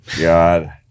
god